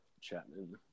Chapman